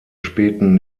späten